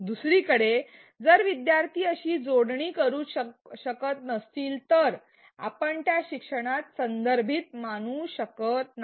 दुसरीकडे जर विद्यार्थी अशी जोडणी करू शकत नसतील तर आपण त्या शिक्षणास संदर्भित मानू शकत नाही